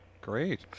great